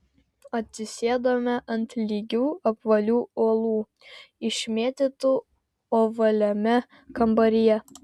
atsisėdome ant lygių apvalių uolų išmėtytų ovaliame kambaryje